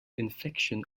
infection